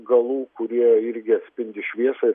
galų kurie irgi atspindi šviesą